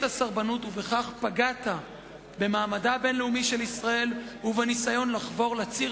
הסרבנות ובכך פגעת במעמדה הבין-לאומי של ישראל ובניסיון לחבור לציר